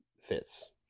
fits